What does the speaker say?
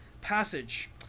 passage